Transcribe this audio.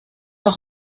auch